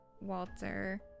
walter